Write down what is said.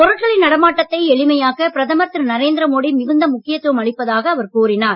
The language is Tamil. பொருட்களின் நடமாட்டத்தை எளிமையாக்க பிரதமர் திரு நரேந்திர மோடி மிகுந்த முக்கியத் துவம் அளிப்பதாக அவர் கூறினார்